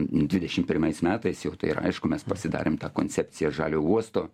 dvidešim pirmais metais jau tai yra aišku mes pasidarėm tą koncepciją žaliojo uosto